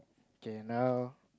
K now